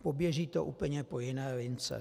Poběží to úplně po jiné lince.